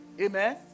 Amen